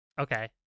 Okay